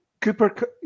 Cooper